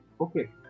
Okay